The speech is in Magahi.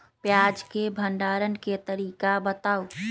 प्याज के भंडारण के तरीका बताऊ?